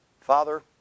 Father